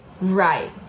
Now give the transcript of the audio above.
Right